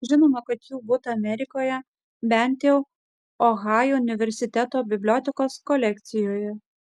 žinoma kad jų būta amerikoje bent jau ohajo universiteto bibliotekos kolekcijoje